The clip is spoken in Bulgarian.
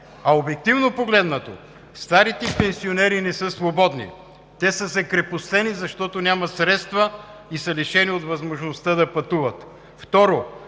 Обективно погледнато старите пенсионери не са свободни, те са закрепостени, защото, първо, нямат средства и са лишени от възможността да пътуват.